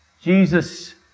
jesus